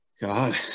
God